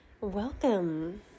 Welcome